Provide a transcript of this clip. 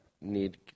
need